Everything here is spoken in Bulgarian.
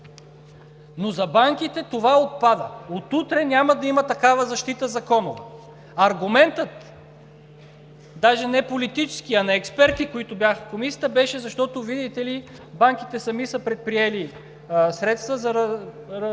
но за банките това отпада. От утре няма да има такава законова защита. Аргументът даже не е политически, а на експертите, които бяха в Комисията, беше, защото, видите ли, банките сами са предприели средства за предоговаряне